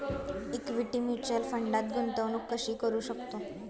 Equity mutual फंडात गुंतवणूक कशी करू शकतो?